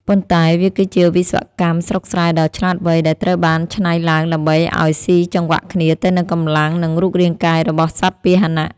ប៉ុន្តែវាគឺជាវិស្វកម្មស្រុកស្រែដ៏ឆ្លាតវៃដែលត្រូវបានច្នៃឡើងដើម្បីឱ្យស៊ីចង្វាក់គ្នាទៅនឹងកម្លាំង និងរូបរាងកាយរបស់សត្វពាហនៈ។